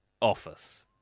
office